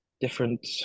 different